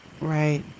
Right